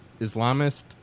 Islamist